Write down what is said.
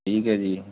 ਠੀਕ ਹੈ ਜੀ